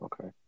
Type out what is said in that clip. okay